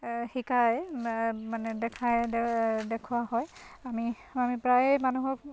শিকায় মানে দেখাই দেখুওৱা হয় আমি আমি প্ৰায়ে মানুহক